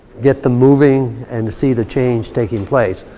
get them moving, and to see the change taking place.